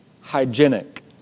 hygienic